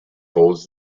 holds